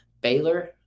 Baylor